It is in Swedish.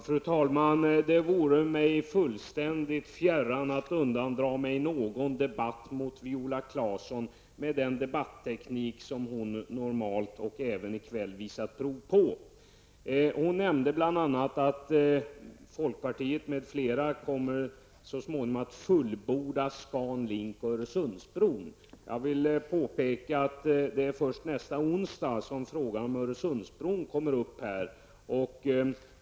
Fru talman! Det vore mig fullständigt fjärran att undandra mig någon debatt mot Viola Claesson med den debatteknik hon normalt och även i kväll visar prov på. Hon nämnde bl.a. att folkpartiet m.fl. så småningom kommer att fullborda ScanLink och Öresundsbron. Jag vill påpeka att det är först nästa onsdag som frågan om Öresundsbron kommer upp till debatt.